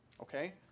okay